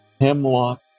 Hemlock